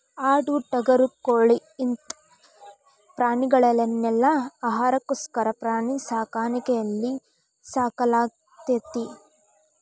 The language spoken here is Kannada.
ಆಡು ಟಗರು ಕೋಳಿ ಇಂತ ಪ್ರಾಣಿಗಳನೆಲ್ಲ ಆಹಾರಕ್ಕೋಸ್ಕರ ಪ್ರಾಣಿ ಸಾಕಾಣಿಕೆಯಲ್ಲಿ ಸಾಕಲಾಗ್ತೇತಿ